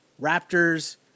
Raptors